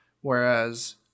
Whereas